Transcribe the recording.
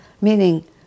meaning